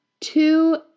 two